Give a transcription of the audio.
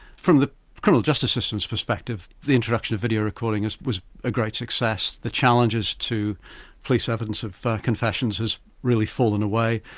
from the criminal justice system's perspective, the introduction of video recording was a great success. the challenges to police evidence of confessions has really fallen away,